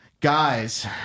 Guys